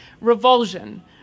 revulsion